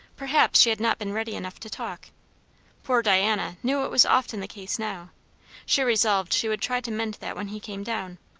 perhaps she had not been ready enough to talk poor diana knew it was often the case now she resolved she would try to mend that when he came down.